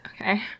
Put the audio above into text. Okay